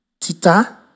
Tita